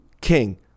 king